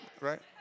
right